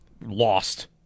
lost